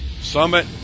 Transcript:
Summit